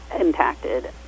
impacted